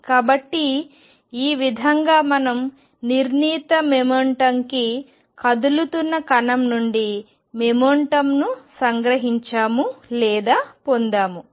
కాబట్టి ఈ విధంగా మనం నిర్ణీత మొమెంటమ్కి కదులుతున్న కణం నుండి మొమెంటమ్ను సంగ్రహించాము లేదా పొందాము